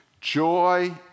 Joy